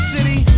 City